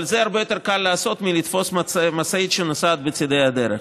אבל את זה הרבה יותר קל לעשות מלתפוס משאית שנוסעת בצידי הדרך.